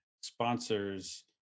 sponsors